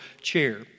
chair